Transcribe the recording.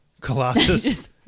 Colossus